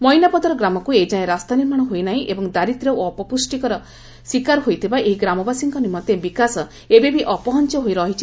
ମଇନା ପଦର ଗ୍ରାମକୁ ଏଯାଏଁ ରାସ୍ତା ନିର୍ମାଶ ହୋଇ ନାହିଁ ଏବଂ ଦାରିଦ୍ର୍ୟ ଓ ଅପପୁଷ୍ଟିର ଶିକାର ହୋଇଥିବା ଏହି ଗ୍ରାମବାସୀଙ୍କ ନିମନ୍ତେ ବିକାଶ ଏବେବି ଅପ ହୋଇଛି